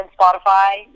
Spotify